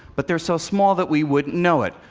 but they're so small that we wouldn't know it.